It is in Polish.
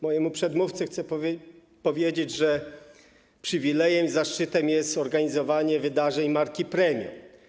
Mojemu przedmówcy chcę powiedzieć, że przywilejem i zaszczytem jest organizowanie wydarzeń marki premium.